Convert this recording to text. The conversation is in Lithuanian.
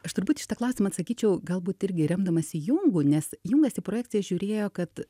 aš turbūt į šitą klausimą atsakyčiau galbūt irgi remdamasi jungu nes jungas į projekciją žiūrėjo kad